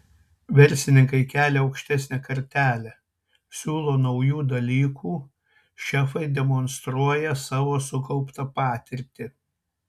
verslininkai kelia aukštesnę kartelę siūlo naujų dalykų šefai demonstruoja savo sukauptą patirtį